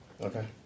Okay